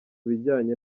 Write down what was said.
bijyanye